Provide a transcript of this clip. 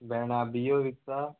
भेण्यां बियो विकता